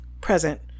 present